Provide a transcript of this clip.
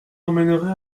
emmènerai